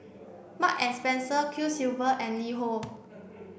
Mark and Spencer Quiksilver and LiHo